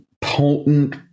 potent